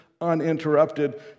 uninterrupted